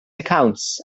accounts